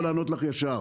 והוא יכול לענות לך ישר.